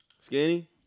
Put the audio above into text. Skinny